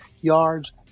yards